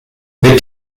mit